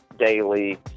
daily